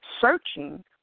searching